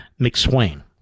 McSwain